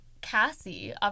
Cassie